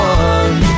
one